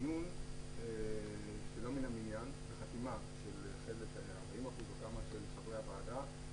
דיון שלא מן המניין בחתימה של חלק מחברי הוועדה,